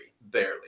barely